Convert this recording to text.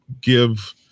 give